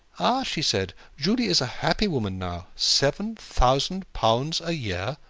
ah! she said. julie is a happy woman now. seven thousand pounds a year!